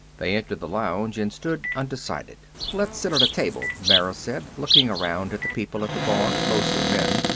they entered the lounge and stood undecided. let's sit at a table, mara said, looking around at the people at the bar, mostly men.